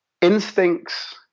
instincts